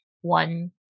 one